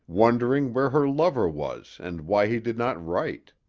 wondering where her lover was and why he did not write.